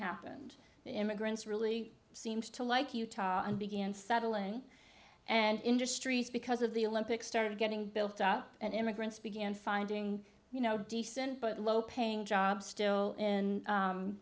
happened immigrants really seems to like utah and began settling and industries because of the olympics started getting built up and immigrants began finding you know decent but low paying jobs still